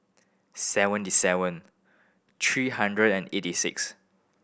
seventy seven three hundred and eighty six